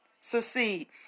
succeed